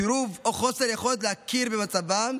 סירוב או חוסר יכולת להכיר במצבם,